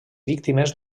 víctimes